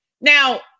Now